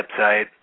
website